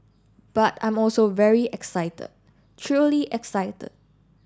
but I'm also very excited truly excited